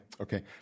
okay